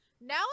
Now